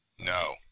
No